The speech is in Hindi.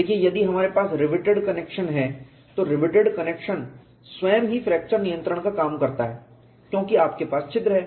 देखिए यदि हमारे पास रिवेटेड कनेक्शन है रिवेटेड कनेक्शन स्वयं ही फ्रैक्चर नियंत्रण का काम करता है क्योंकि आपके पास छिद्र हैं